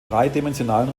dreidimensionalen